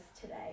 today